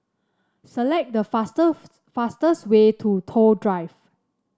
select the fast fastest way to Toh Drive